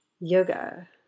yoga